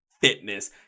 fitness